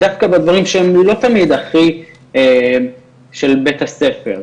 דווקא בדברים שהם לא תמיד הכי של בית הספר,